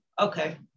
Okay